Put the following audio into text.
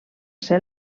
ser